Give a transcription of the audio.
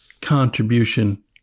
contribution